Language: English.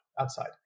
outside